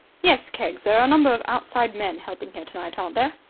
yes. keggs, there are a number of outside men helping here tonight, aren't there?